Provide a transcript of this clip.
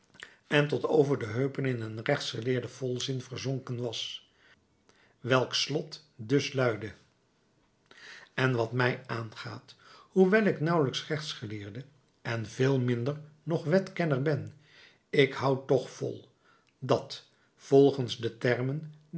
en tot over de heupen in een rechtsgeleerden volzin verzonken was welks slot dus luidde en wat mij aangaat hoewel ik nauwelijks rechtsgeleerde en veel minder nog wetkenner ben ik houd toch vol dat volgens de termen